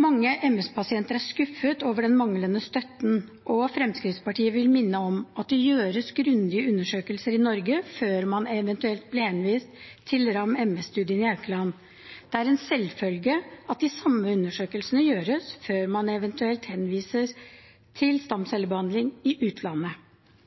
Mange MS-pasienter er skuffet over den manglende støtten, og Fremskrittspartiet vil minne om at det gjøres grundige undersøkelser i Norge før man eventuelt blir henvist til RAM-MS-studien på Haukeland. Det er en selvfølge at de samme undersøkelsene gjøres før man eventuelt henvises til